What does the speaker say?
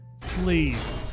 Please